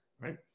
right